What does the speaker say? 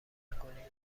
نکنین